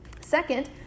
Second